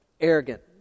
arrogant